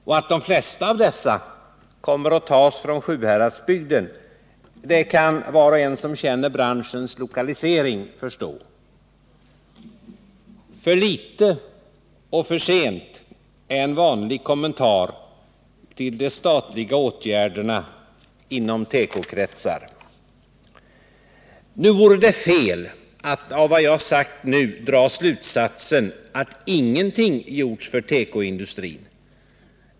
Och att de flesta av dessa kommer att tas från Sjuhäradsbygden kan var och en som känner branschens lokalisering förstå. ”För litet och för sent” är en vanlig kommentar till de statliga åtgärderna inom tekokretsar. Nu vore det fel att av vad jag nu har sagt dra slutsatsen att ingenting gjorts för tekoindustrin.